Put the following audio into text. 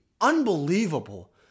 unbelievable